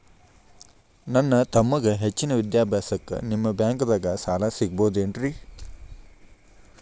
ನನ್ನ ತಮ್ಮಗ ಹೆಚ್ಚಿನ ವಿದ್ಯಾಭ್ಯಾಸಕ್ಕ ನಿಮ್ಮ ಬ್ಯಾಂಕ್ ದಾಗ ಸಾಲ ಸಿಗಬಹುದೇನ್ರಿ?